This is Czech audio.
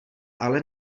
ale